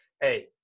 Hey